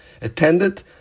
attended